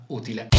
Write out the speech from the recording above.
utile